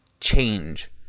change